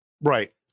Right